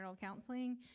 counseling